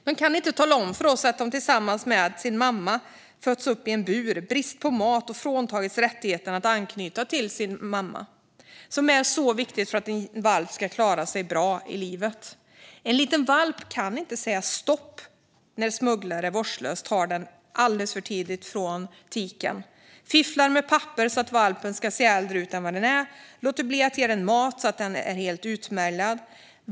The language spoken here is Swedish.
De kan inte tala om för oss att de fötts upp tillsammans med sin mamma i en bur med brist på mat och fråntagits rättigheten att anknyta till sin mamma, vilket är så viktigt för att en valp ska klara sig bra i livet. En liten valp kan inte säga stopp när smugglare vårdslöst tar den alldeles för tidigt från tiken, fifflar med papper så att valpen ska se äldre ut än den är och låter bli att ge den mat så att den blir helt utmärglad.